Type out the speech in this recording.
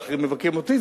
ואחרים מבקרים אותי,